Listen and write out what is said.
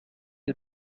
due